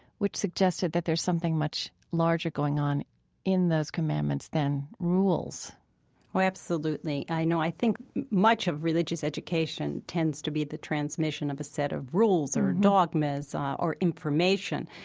which suggested that there's something much larger going on in those commandments than rules oh, absolutely, i know. i think much of religious education tends to be the transmission of a set of rules or dogmas or information.